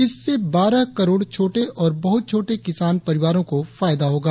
इससे बारह करोड़ छोटे और बहुत छोटे किसान परिवारों को फायदा होगा